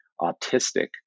autistic